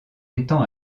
étang